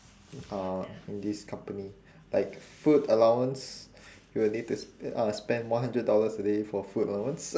uh in this company like food allowance you need to s~ uh spend one hundred dollars a day for food allowance